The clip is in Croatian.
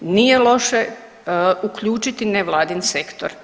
Nije loše uključiti nevladin sektor.